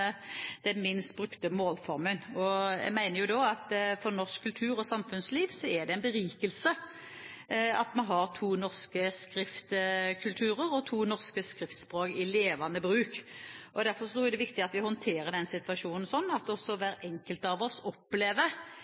den minst brukte målformen. Jeg mener at for norsk kultur og samfunnsliv er det er en berikelse at vi har to norske skriftkulturer og to norske skriftspråk i levende bruk. Derfor er det viktig at vi håndterer den situasjonen sånn at hver enkelt av oss opplever